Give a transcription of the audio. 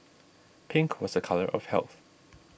pink was a colour of health